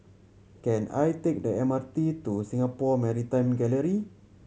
can I take the M R T to Singapore Maritime Gallery